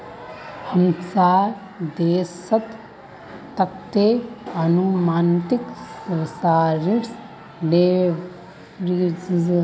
हमसार देशत कतते अनुमानित राशिर डेरिवेटिव मार्केट छ